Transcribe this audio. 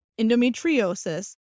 endometriosis